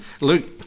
Luke